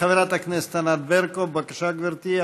חברת הכנסת ענת ברקו, בבקשה, גברתי.